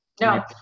no